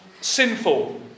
sinful